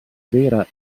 vera